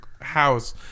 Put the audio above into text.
house